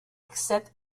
except